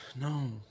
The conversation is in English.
No